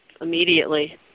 immediately